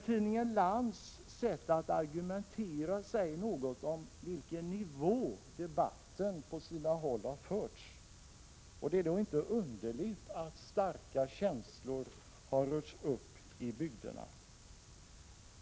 Tidningen Lands sätt att argumentera säger någonting om på vilken nivå debatten på sina håll har förts. Det är då inte underligt att starka känslor har rörts upp i bygderna.